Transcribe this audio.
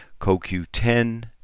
CoQ10